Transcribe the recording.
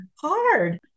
hard